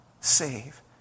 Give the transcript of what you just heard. save